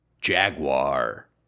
Jaguar